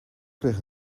kreeg